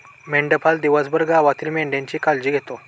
मेंढपाळ दिवसभर गावातील मेंढ्यांची काळजी घेतो